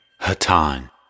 Hatan